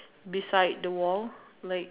beside the wall like